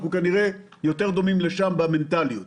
אנחנו כנראה יותר דומים לאיטלקים במנטליות.